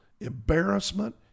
embarrassment